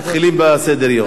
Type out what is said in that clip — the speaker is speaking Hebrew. אז מתחילים בסדר-היום.